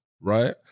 right